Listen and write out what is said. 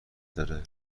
داره